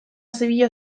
zibila